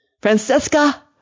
Francesca